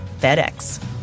FedEx